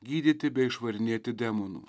gydyti bei išvarinėti demonų